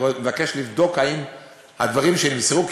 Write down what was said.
ומבקש לבדוק אם הדברים שנמסרו,